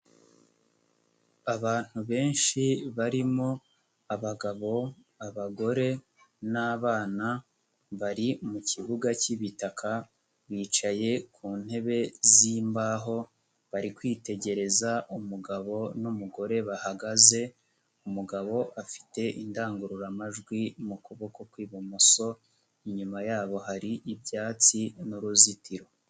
Abantu benshi barimo abagabo, abagore n'abana bari mu kibuga k'ibitaka bicaye ku ntebe z'imbaho, bari kwitegereza umugabo n'umugore bahagaze, umugabo afite indangururamajwi mu kuboko kw'ibumoso, inyuma yabo hari ibyatsi n'uruzitiro.